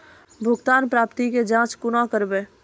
भुगतान प्राप्ति के जाँच कूना करवै?